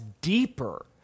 deeper